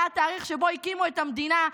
היה התאריך שבו הקימו את המדינה,